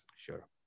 Sure